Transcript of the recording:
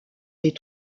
les